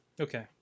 Okay